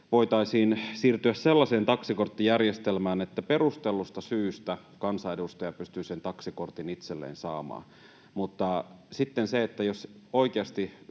voitaisiin siirtyä sellaiseen taksikorttijärjestelmään, että perustellusta syystä kansanedustaja pystyy sen taksikortin itselleen saamaan, mutta sitten jos oikeasti